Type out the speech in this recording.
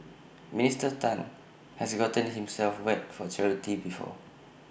Minister Tan has gotten himself wet for charity before